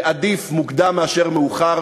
ועדיף מוקדם מאשר מאוחר.